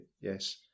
yes